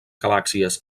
galàxies